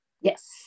Yes